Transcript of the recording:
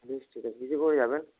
বেশ ঠিক আছে কিসে করে যাবেন